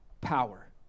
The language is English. power